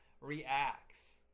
reacts